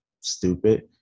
stupid